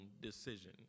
decision